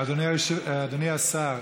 אדוני השר,